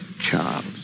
Charles